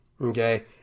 Okay